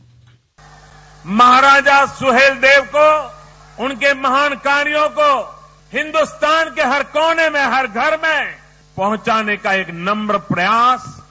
bite Maharaja Suheldev के उनके महान कार्यो को हिन्दुस्तान के हर कोने में हर घर में पहुंचाने का एक नम् प्रयास है